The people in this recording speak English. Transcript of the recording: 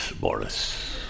Boris